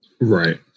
Right